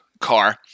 car